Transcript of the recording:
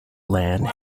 land